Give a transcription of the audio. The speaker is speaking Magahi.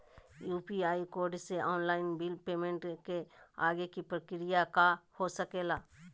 यू.पी.आई कोड से ऑनलाइन बिल पेमेंट के आगे के प्रक्रिया का हो सके ला?